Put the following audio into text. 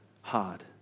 hard